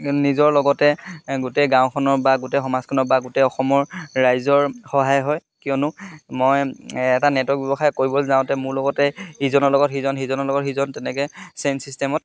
নিজৰ লগতে গোটেই গাঁওখনৰ বা গোটেই সমাজখনৰ বা গোটেই অসমৰ ৰাইজৰ সহায় হয় কিয়নো মই এটা নেটৱৰ্ক ব্যৱসায় কৰিবলৈ যাওঁতে মোৰ লগতে ইজনৰ লগত সিজন সিজনৰ লগত সিজন তেনেকৈ চেইন চিষ্টেমত